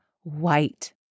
white